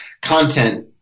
content